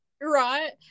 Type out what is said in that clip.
Right